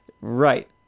Right